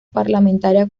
parlamentaria